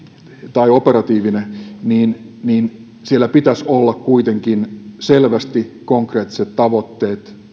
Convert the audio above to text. tai operatiivinen niin niin siellä pitäisi olla kuitenkin selvästi konkreettiset tavoitteet